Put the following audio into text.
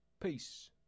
Peace